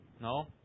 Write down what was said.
no